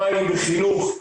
מים וחינוך,